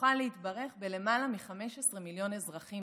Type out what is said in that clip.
נוכל להתברך בלמעלה מ-15 מיליון אזרחים.